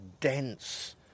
dense